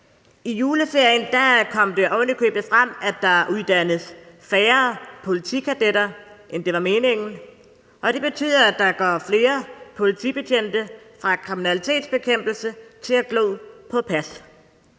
I juleferien kom det oven i købet frem, at der uddannes færre politikadetter, end det var meningen, og det betyder, at der går flere politibetjente fra kriminalitetsbekæmpelse til at glo på pas.